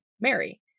Mary